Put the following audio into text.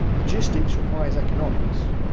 logistics requires economics,